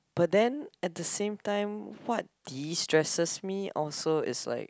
but then at the same time what destresses me also is like